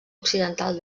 occidental